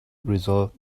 resolved